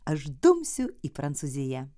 aš dumsiu į prancūziją